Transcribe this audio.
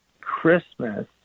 Christmas